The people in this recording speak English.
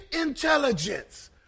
intelligence